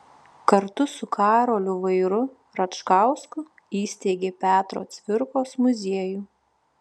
kartu su karoliu vairu račkausku įsteigė petro cvirkos muziejų